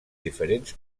diferents